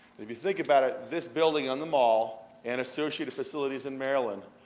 if you think about it, this building on the mall, and associated facilities in maryland,